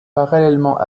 parallèlement